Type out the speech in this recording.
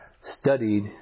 studied